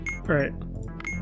right